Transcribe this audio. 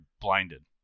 blinded